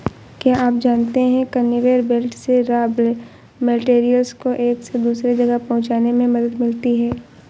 क्या आप जानते है कन्वेयर बेल्ट से रॉ मैटेरियल्स को एक से दूसरे जगह पहुंचने में मदद मिलती है?